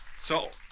so,